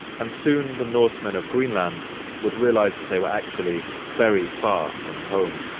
and soon, the norsemen of greenland would realize that they were actually very far from home.